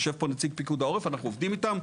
יושב פה נציג פיקוד העורף, אנחנו עובדים איתם.